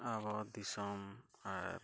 ᱟᱵᱚ ᱫᱤᱥᱚᱢ ᱟᱨ